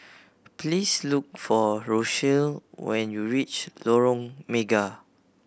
please look for Rochelle when you reach Lorong Mega